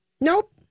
Nope